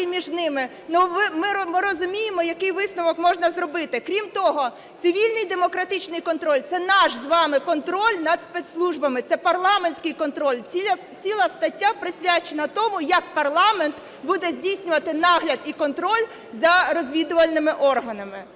між ними, ми розуміємо, який висновок можна зробити. Крім того, цивільний і демократичний контроль – це наш з вами контроль над спецслужбами, це парламентський контроль. Ціла стаття присвячена тому, як парламент буде здійснювати нагляд і контроль за розвідувальними органами.